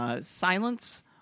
Silence